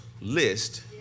list